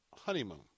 honeymoon